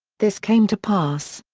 this came to pass,